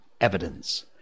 evidence